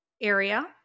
area